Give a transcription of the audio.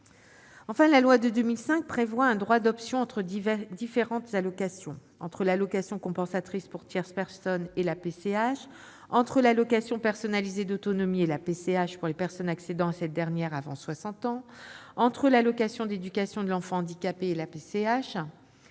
La loi de 2005 prévoit un droit d'option entre différentes allocations